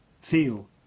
Feel